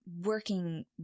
working